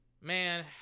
man